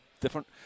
different